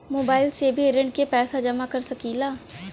Mobile से भी ऋण के पैसा जमा कर सकी ला?